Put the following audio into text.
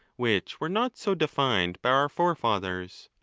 which were not so defined by our forefathers.